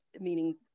meaning